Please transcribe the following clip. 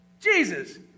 Jesus